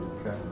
Okay